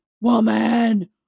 Woman